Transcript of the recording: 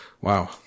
Wow